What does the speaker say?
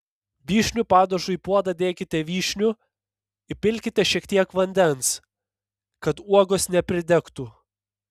vyšnių padažui į puodą dėkite vyšnių įpilkite šiek tiek vandens kad uogos nepridegtų